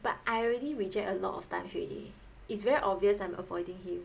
but I already reject a lot of times already it's very obvious I'm avoiding him